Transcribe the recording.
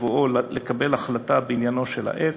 בבואו לקבל החלטה בעניינו של העץ,